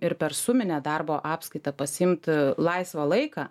ir per suminę darbo apskaitą pasiimt laisvą laiką